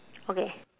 okay